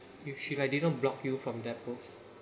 if she like didn't block you from that post